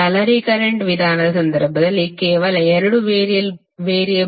ಜಾಲರಿ ಕರೆಂಟ್ ವಿಧಾನದ ಸಂದರ್ಭದಲ್ಲಿ ಕೇವಲ 2 ವೇರಿಯೇಬಲ್ಗಳನ್ನು ಹೊಂದಿರುತ್ತೀರಿ